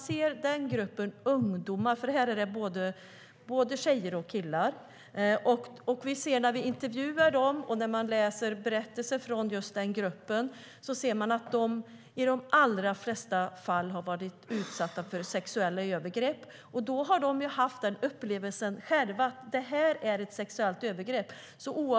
I den gruppen ungdomar är det både tjejer och killar. När man intervjuar dem och när man läser berättelser från den gruppen ser man att de i de allra flesta fall har varit utsatta för sexuella övergrepp och haft den upplevelsen själva, att det är ett sexuellt övergrepp.